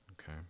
okay